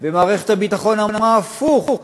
ומערכת הביטחון אמרה הפוך,